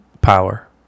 power